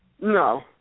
No